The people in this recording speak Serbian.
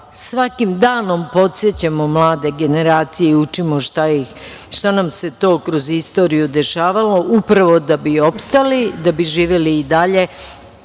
svakim danom podsećamo mlade generacije i učimo ih šta nam se to kroz istoriju dešavalo upravo da bi opstali, da bi živeli i dalje